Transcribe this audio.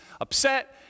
upset